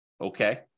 Okay